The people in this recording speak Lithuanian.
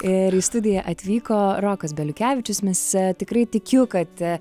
ir į studiją atvyko rokas beliukevičius mes tikrai tikiu kad